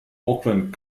auckland